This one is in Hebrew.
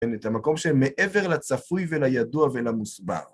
את המקום שמעבר לצפוי ולידוע ולמוסבר.